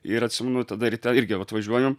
ir atsimenu tada ryte irgi atvažiuoju